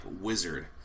wizard